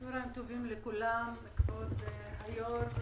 צהרים טובים לכולם, כבוד היו"ר,